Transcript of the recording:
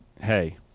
hey